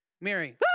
Mary